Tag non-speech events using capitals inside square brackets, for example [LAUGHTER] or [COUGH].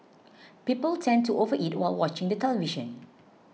[NOISE] people tend to overeat while watching the television